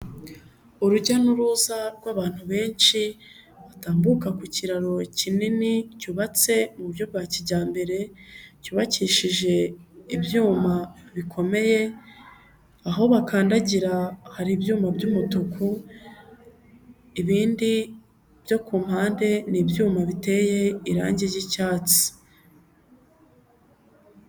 Urujya n'uruza rw'abantu benshi batambuka ku kiraro kinini cyubatse mu buryo bwa kijyambere cyubakishije ibyuma bikomeye aho bakandagira hari ibyuma by'umutuku, ibindi byo ku mpande n'ibyuma biteye irange ry'icyatsi.